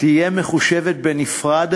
תהיה מחושבת בנפרד,